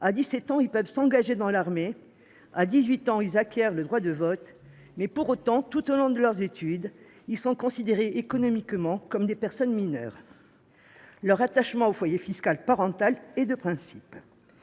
à 17 ans, ils peuvent s’engager dans l’armée ; à 18 ans, ils acquièrent le droit de vote. Pour autant, tout au long de leurs études, ils sont considérés économiquement comme des personnes mineures : leur rattachement au foyer fiscal parental est de principe.